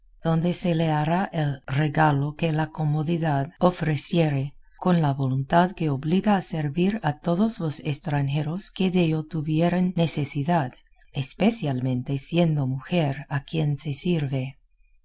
donde se le hará el regalo que la comodidad ofreciere con la voluntad que obliga a servir a todos los estranjeros que dello tuvieren necesidad especialmente siendo mujer a quien se sirve